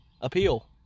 appeal